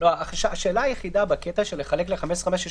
השאלה היחידה בחלוקה ל-15 ימים ו-15 ימים,